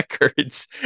records